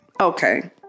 Okay